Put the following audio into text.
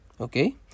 okay